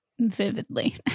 vividly